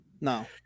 no